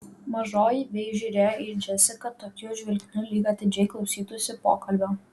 mažoji vei žiūrėjo į džesiką tokiu žvilgsniu lyg atidžiai klausytųsi pokalbio